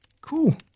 Cool